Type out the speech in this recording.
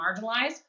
marginalized